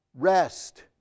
rest